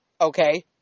Okay